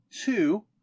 Two